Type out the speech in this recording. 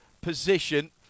position